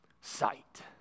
Sight